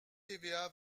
tva